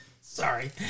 sorry